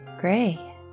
Gray